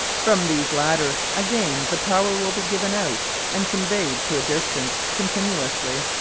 from these latter again the power will be given out and conveyed to a distance continuously.